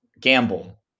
Gamble